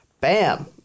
bam